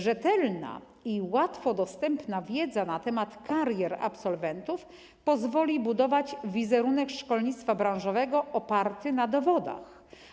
Rzetelna i łatwo dostępna wiedza na temat karier absolwentów pozwoli budować wizerunek szkolnictwa branżowego oparty na dowodach.